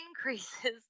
increases